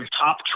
top